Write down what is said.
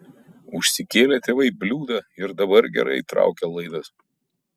užsikėlė tėvai bliūdą ir dabar gerai traukia laidas